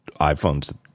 iPhones